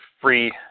free